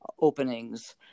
openings